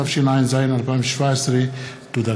התשע"ז 2017. תודה,